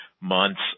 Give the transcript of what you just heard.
months